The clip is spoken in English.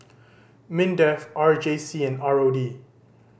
MINDEF R J C and R O D